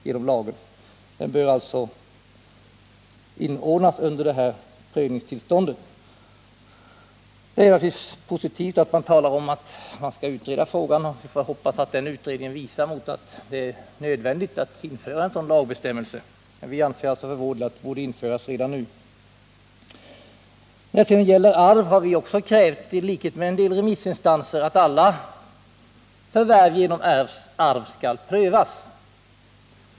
Det förfarandet bör alltså inordnas under det här prövningstillståndet. Det är positivt att det talas om att man skall utreda frågan. Vi hoppas att den utredningen kommer att visa nödvändigheten av att införa en sådan lagbestämmelse, men vi anser för vår del att den borde införas redan nu. När det sedan gäller arv har vi, i likhet med en del remissinstanser, krävt att alla förvärv genom arv skall prövas.